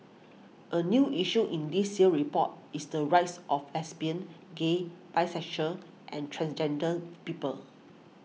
a new issue in this year's report is the rights of lesbian gay bisexual and transgender people